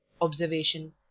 observation